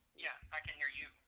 yeah, i can hear you.